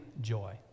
joy